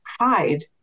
hide